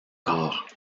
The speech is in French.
corps